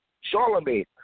Charlemagne